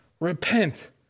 Repent